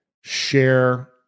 share